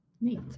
Neat